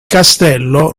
castello